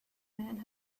man